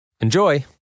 Enjoy